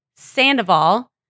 Sandoval